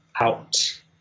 out